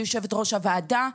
כיושבת-ראש הוועדה,